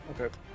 Okay